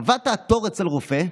קבעת תור אצל רופא,